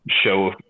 show